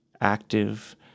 active